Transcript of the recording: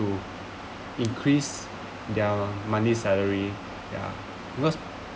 to increase their monthly salary because